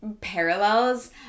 parallels